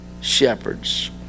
shepherds